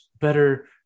better